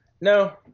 No